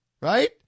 right